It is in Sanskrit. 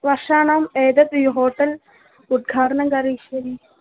वर्षाणाम् एतत् य होटेल् उद्घाटनं करिष्यति